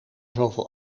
zoveel